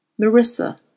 Marissa